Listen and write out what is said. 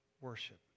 worship